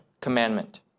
commandment